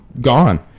gone